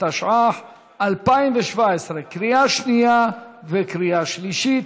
התשע"ח 2017, קריאה שנייה וקריאה שלישית.